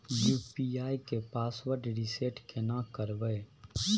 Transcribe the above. UPI के password reset केना करबे?